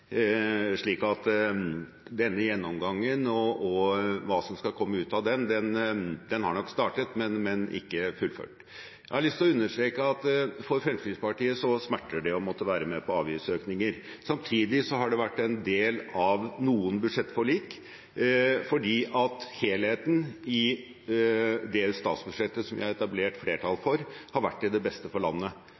Denne gjennomgangen og hva som skal komme ut av den, har nok startet, men den er ikke fullført. Jeg har lyst til å understreke at for Fremskrittspartiet smerter det å måtte være med på avgiftsøkninger. Samtidig har det vært en del av noen budsjettforlik, fordi helheten i det statsbudsjettet som vi har etablert flertall for, har vært til beste for landet.